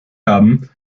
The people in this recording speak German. haben